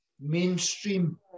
mainstream